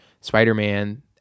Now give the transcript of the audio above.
Spider-Man